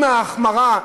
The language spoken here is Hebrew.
עם ההחמרה,